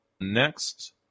Next